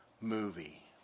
movie